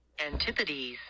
Antipodes